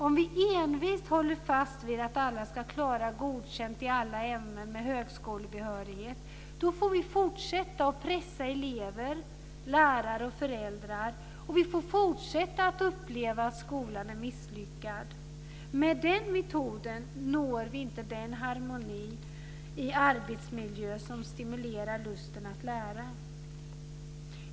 Om vi envist håller fast vid att alla ska klara godkänt i alla ämnen för högskolebehörighet får vi fortsätta att pressa elever, lärare och föräldrar och vi får fortsätta att uppleva att skolan är misslyckad. Med den metoden når vi inte den harmoni i arbetsmiljön som stimulerar lusten att lära.